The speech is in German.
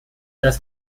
das